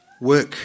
work